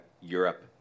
Europe